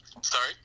Sorry